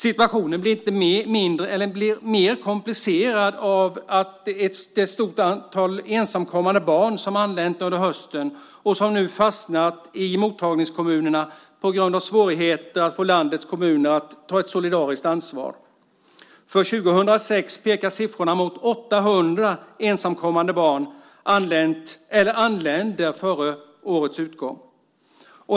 Situationen blir ännu mer komplicerad av det stora antal ensamkommande barn som har anlänt under hösten och som nu har fastnat i mottagningskommunerna på grund av svårigheter att få landets kommuner att ta ett solidariskt ansvar. För 2006 pekar siffrorna mot att 800 ensamkommande barn kommer att ha anlänt före årets utgång.